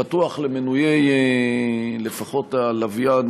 פתוח למנויי, לפחות למנויי הלוויין,